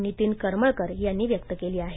नितीन करमळकर यानी व्यक्त केली आहे